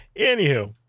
Anywho